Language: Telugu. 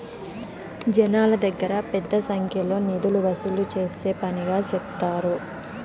జనాల దగ్గర పెద్ద సంఖ్యలో నిధులు వసూలు చేసే పనిగా సెప్తారు